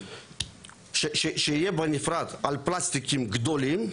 שיהיה בנפרד על פלסטיקים גדולים,